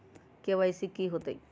KYC कैसे होतई?